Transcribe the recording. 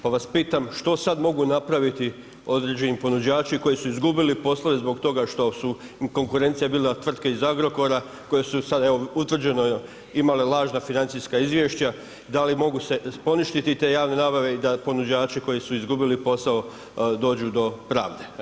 Pa vas pitam što sad mogu napraviti određeni ponuđači koji su izgubili poslove zbog toga što su konkurencija je bila tvrtka iz Agrokora, koje su sad, evo utvrđeno imale lažna financijska izvješća i da li mogu se poništiti te javne nabave i da ponuđači koji su izgubili posao dođu do pravde.